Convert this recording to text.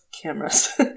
cameras